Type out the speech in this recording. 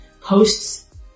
posts